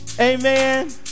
Amen